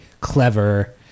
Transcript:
clever